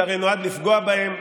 זה הרי נועד לפגוע בהם.